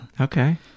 Okay